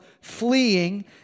fleeing